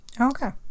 Okay